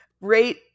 Rate